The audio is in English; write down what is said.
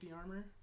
armor